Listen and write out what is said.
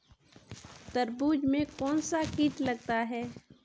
तरबूज में कौनसा कीट लगता है?